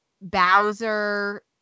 Bowser